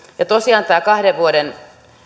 ja tosiaan tämä kahden vuoden